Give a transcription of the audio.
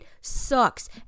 sucks